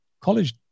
college